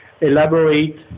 elaborate